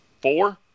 four